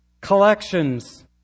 collections